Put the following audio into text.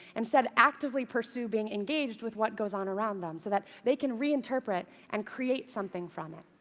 instead, actively pursue being engaged with what goes on around them, so that they can reinterpret and create something from it.